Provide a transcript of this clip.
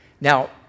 Now